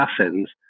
assassins